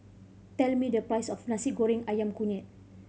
tell me the price of Nasi Goreng Ayam Kunyit